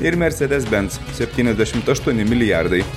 ir mercedes benz septyniasdešimt aštuoni milijardai